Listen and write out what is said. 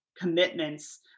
commitments